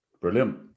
Brilliant